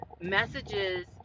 messages